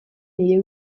nire